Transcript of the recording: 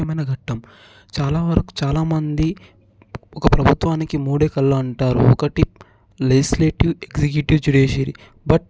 ముఖ్యమైన ఘట్టం చాలా వరకు చాలా మంది ఒక ప్రభుత్వానికి మూడే కళ్ళు అంటారు ఒకటి లెజిస్లేటివ్ ఎగ్జిక్యూటివ్ జ్యుడిషియరీ బట్